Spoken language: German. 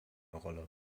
rolle